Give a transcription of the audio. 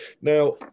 Now